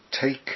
take